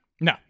No